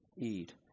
eat